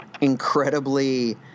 incredibly